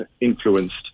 influenced